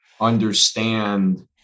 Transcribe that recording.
understand